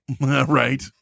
Right